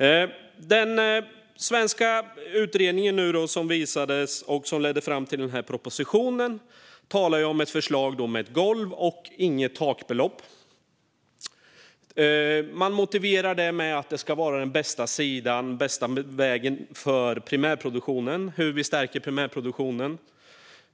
I den svenska utredning som redovisades och som ledde fram till den här propositionen talades det om ett förslag med ett golvbelopp men inget takbelopp. Man motiverar det med att det ska vara den bästa vägen när det gäller att stärka primärproduktionen.